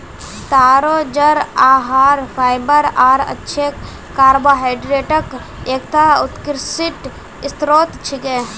तारो जड़ आहार फाइबर आर अच्छे कार्बोहाइड्रेटक एकता उत्कृष्ट स्रोत छिके